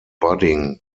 budding